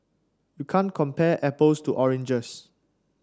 you can't compare apples to oranges